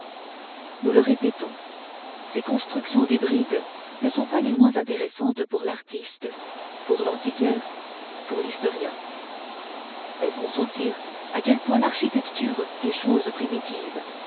nous le répétons ces constructions hybrides ne sont pas les moins intéressantes pour l'artiste pour l'antiquaire pour l'historien elles font sentir à quel point l'architecture est chose primitive